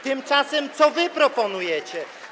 Tymczasem co wy proponujecie?